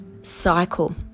cycle